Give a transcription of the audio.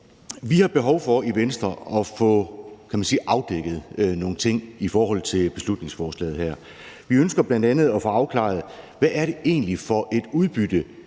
Venstre behov for at få afdækket nogle ting i forhold til beslutningsforslaget her. Vi ønsker bl.a. at få afklaret, hvad det egentlig er for et udbytte,